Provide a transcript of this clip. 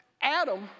Adam